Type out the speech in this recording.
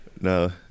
No